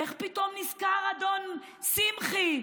איך פתאום נזכר אדון שמחי,